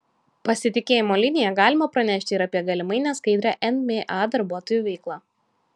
pasitikėjimo linija galima pranešti ir apie galimai neskaidrią nma darbuotojų veiklą